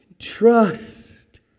Trust